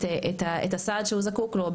את הסעד שהוא זקוק לו,